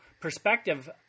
perspective